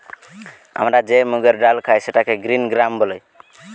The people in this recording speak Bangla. আমরা যে মুগের ডাল খাই সেটাকে গ্রিন গ্রাম বলে